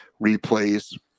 replays